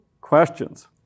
questions